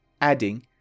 adding